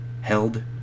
held